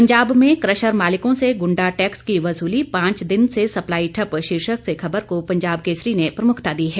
पंजाब में कशर मालिकों से गुंडा टैक्स की वसूली पांच दिन से सप्लाई ठप्प शीर्षक से खबर को पंजाब केसरी ने प्रमुखता दी है